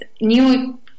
new